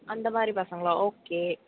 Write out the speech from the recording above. அந்த மாதிரி பசங்களா ஓகே